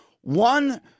One